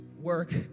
work